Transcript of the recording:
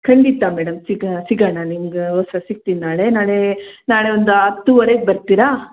ಖಂಡಿತ ಮೇಡಮ್ ಸಿಗಾ ಸಿಗೋಣ ನಿಮ್ಗೋಸ್ಕರ ಸಿಗ್ತೀನಿ ನಾಳೆ ನಾಳೆ ನಾಳೆ ಒಂದು ಹತ್ತುವರೆಗೆ ಬರ್ತೀರಾ